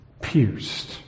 pierced